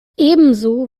ebenso